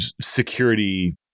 security